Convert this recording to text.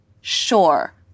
sure